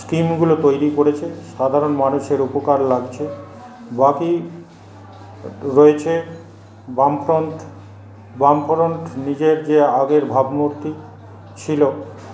স্কীমগুলো তৈরি করেছে সাধারণ মানুষের উপকার লাগছে বাকি রয়েছে বামফ্রন্ট বামফ্রন্ট নিজের যে আগের ভাবমূর্তি ছিল